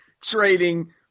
trading